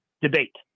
debate